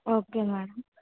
okay madam